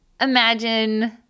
imagine